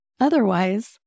otherwise